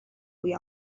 روی